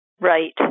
Right